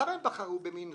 למה הם בחרו במינכן?